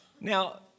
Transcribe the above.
Now